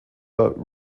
but